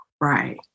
Right